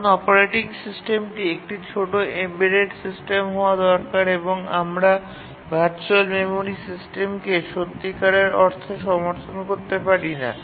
কারণ অপারেটিং সিস্টেমটি একটি ছোট এমবেডেড সিস্টেম হওয়া দরকার এবং আমরা ভার্চুয়াল মেমরি সিস্টেমকে সত্যিকার অর্থে সমর্থন করতে পারি না